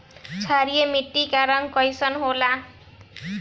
क्षारीय मीट्टी क रंग कइसन होला?